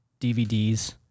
DVDs